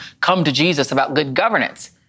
come-to-Jesus-about-good-governance